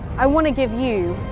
i wanna give you,